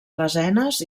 lesenes